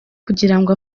kugirango